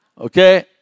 Okay